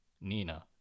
Nina